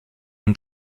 und